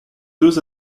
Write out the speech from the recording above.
deux